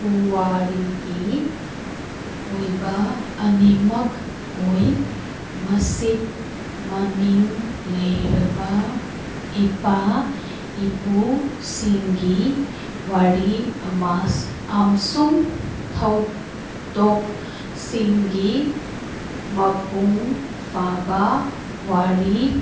ꯄꯨꯋꯥꯔꯤꯒꯤ ꯑꯣꯏꯕ ꯑꯅꯤꯃꯛ ꯑꯣꯏ ꯃꯁꯤ ꯃꯃꯤꯡ ꯂꯩꯔꯕ ꯏꯄꯥ ꯏꯄꯨꯁꯤꯡꯒꯤ ꯋꯥꯔꯤ ꯑꯃ ꯑꯃꯁꯨꯡ ꯊꯧꯗꯣꯛꯁꯤꯡꯒꯤ ꯃꯄꯨꯡ ꯐꯥꯕ ꯋꯥꯔꯤ